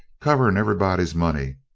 covering everybody's money.